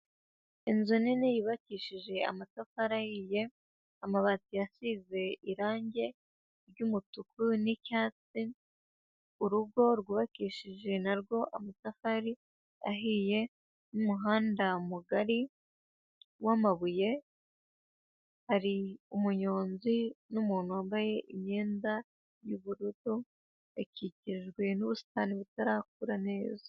Inzu nini yubakishije amatafari ahiye, amabati yasize irangi ry'umutuku n'icyatsi, urugo rwubakishije narwo amatafari ahiye, n'umuhanda mugari w'amabuye, hari umunyonzi n'umuntu wambaye imyenda y'ubururu, hakikijwe n'ubusitani butarakura neza.